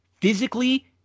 physically